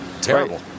Terrible